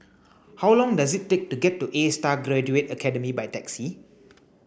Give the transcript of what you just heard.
how long does it take to get to A Star Graduate Academy by taxi